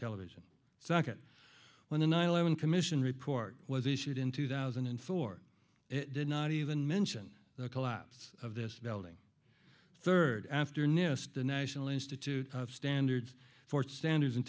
television it's not that when the nine eleven commission report was issued in two thousand and four it did not even mention the collapse of this building third afternoon the national institute of standards for standards and